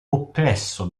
oppresso